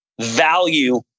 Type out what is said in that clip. value